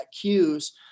cues